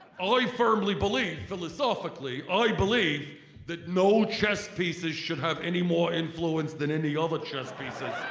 ah i firmly believe philosophically i believe that no chess pieces should have any more influence than any other chess pieces.